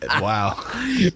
wow